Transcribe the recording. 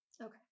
Okay